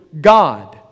God